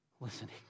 Listening